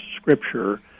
Scripture